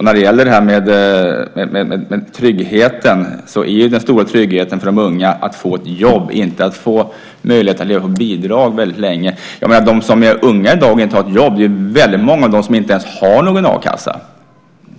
När det gäller tryggheten är ju den stora tryggheten för de unga att få ett jobb, inte att få möjlighet att leva på bidrag väldigt länge. Av dem som är unga i dag och inte har ett jobb är det väldigt många som inte ens har någon a-kassa.